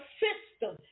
system